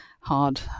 hard